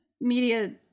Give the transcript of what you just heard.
media